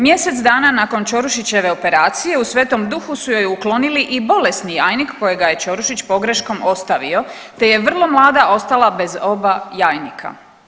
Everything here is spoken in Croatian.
Mjesec dana nakon Ćorušićeve operacije u Sv. Duhu su joj uklonili i bolesni jajnik kojega je Ćorišić pogreškom ostavio te je vrlo mlada ostala bez oba jajnika.